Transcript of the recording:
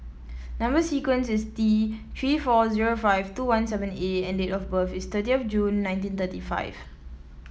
number sequence is T Three four zero five two one seven A and date of birth is thirty of June nineteen thirty five